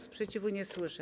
Sprzeciwu nie słyszę.